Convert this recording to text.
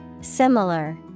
Similar